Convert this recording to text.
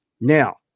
Now